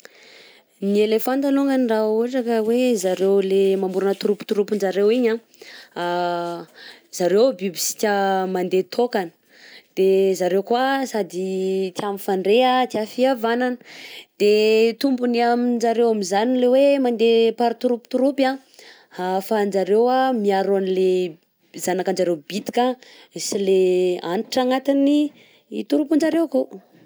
Ny éléphant alongany raha ohatra ka hoe zareo le mamorona troupe troupe-njareo igny a zareo biby tsy tia mandeha taokana, de zareo koà sady tia mifandre, tia fihavanana de tombony aminjareo amin'izany le hoe mandeha par troupe troupe a afahanjareo miaro an'le zanak'anjareo bitika sy le antitra agnatiny troupe-njareo akao.